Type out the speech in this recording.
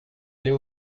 aller